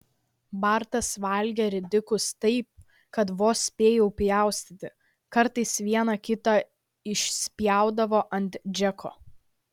bartas valgė ridikus taip kad vos spėjau pjaustyti kartais vieną kitą išspjaudavo ant džeko